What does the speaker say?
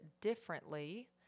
differently